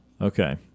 Okay